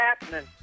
happening